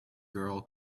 girl